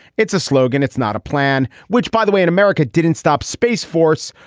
it's a slogan. it's not a plan which, by the way, in america didn't stop space force.